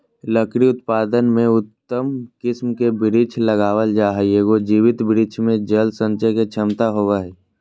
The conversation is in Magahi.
लकड़ी उत्पादन में उत्तम किस्म के वृक्ष लगावल जा हई, एगो जीवित वृक्ष मे जल संचय के क्षमता होवअ हई